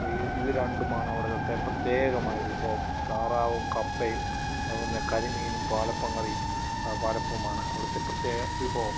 ഈ ഇത് രണ്ടുമാണ് അവിടത്തെ പ്രത്യേകമായ വിഭവം താറാവും കപ്പയും അതുപോലെ തന്നെ കരിമീനും പാലപ്പവും കറീം പാലപ്പവുമാണ് അവിടത്തെ പ്രത്യേക വിഭവം